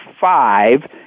five